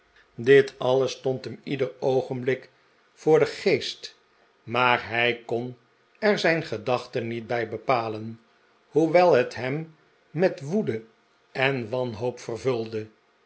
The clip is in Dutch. dit alles stond hem ieder oogenblik voor den geest maar hij kon er zijn gedachten niet bij bepalen hoewel het hem met woede en wanhoop vervulde